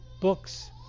books